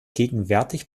gegenwärtig